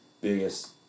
biggest